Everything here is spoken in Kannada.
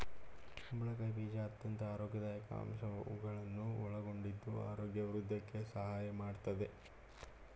ಕುಂಬಳಕಾಯಿ ಬೀಜ ಅತ್ಯಂತ ಆರೋಗ್ಯದಾಯಕ ಅಂಶಗಳನ್ನು ಒಳಗೊಂಡಿದ್ದು ಆರೋಗ್ಯ ವೃದ್ಧಿಗೆ ಸಹಾಯ ಮಾಡತ್ತದೆ